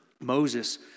Moses